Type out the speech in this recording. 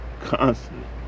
constantly